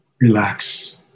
relax